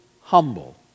humble